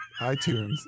iTunes